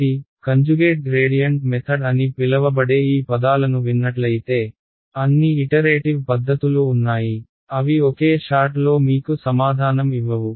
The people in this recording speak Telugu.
కాబట్టి కంజుగేట్ గ్రేడియంట్ మెథడ్ అని పిలవబడే ఈ పదాలను విన్నట్లయితే అన్ని ఇటరేటివ్ పద్ధతులు ఉన్నాయి అవి ఒకే షాట్లో మీకు సమాధానం ఇవ్వవు